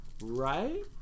Right